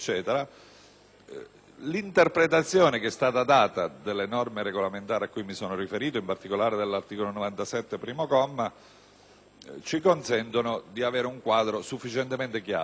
l'interpretazione che è stata data delle norme regolamentari cui ho fatto riferimento, in particolare dell'articolo 97, comma 1, ci consente di avere un quadro sufficientemente chiaro, che va quindi